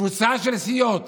קבוצה של סיעות